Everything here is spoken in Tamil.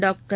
டாக்டர்